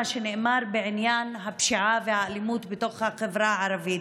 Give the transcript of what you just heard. שנאמר בעניין הפשיעה והאלימות בתוך החברה הערבית,